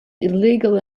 illegal